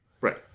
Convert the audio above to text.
right